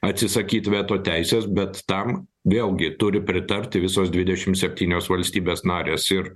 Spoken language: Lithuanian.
atsisakyt veto teisės bet tam vėlgi turi pritarti visos dvidešim septynios valstybės narės ir